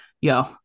yo